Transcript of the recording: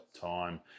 Time